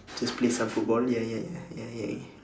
just play some football ya ya ya ya ya ya